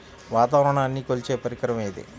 వాతావరణాన్ని కొలిచే పరికరం ఏది?